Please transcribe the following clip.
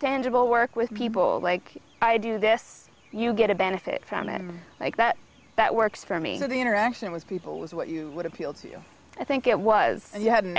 tangible work with people like i do this you get a benefit from it like that that works for me so the interaction with people was what you would appeal to you i think it was you had